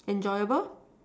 enjoyable